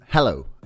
Hello